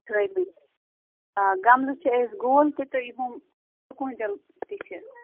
تھٲومٕتۍ آ گَملہٕ چھِ اَسہِ گول تہِ تہٕ ہُم ژٕکوٗنجَل تہِ چھِ